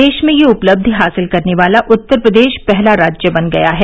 देश में यह उपलब्धि हासिल करने वाला उत्तर प्रदेश पहला राज्य बन गया है